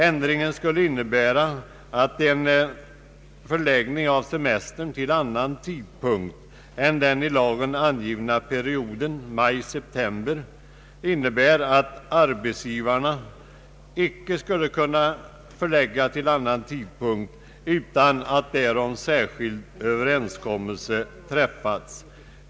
Ändringen innebär att en förläggning av semestern till annan tidpunkt än den i lagen angivna perioden maj—september icke skulle kunna göras utan att särskild överenskommelse därom träffats.